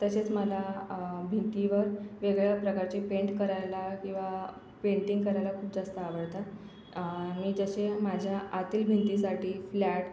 तसेच मला भिंतीवर वेगळ्या प्रकारचे पेंट करायला किंवा पेंटिंग करायला खूप जास्त आवडतात मी तसे माझ्या आतील भिंतीसाठी फ्लॅट